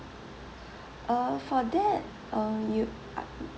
uh for that um you